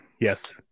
Yes